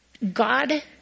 God